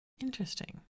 Interesting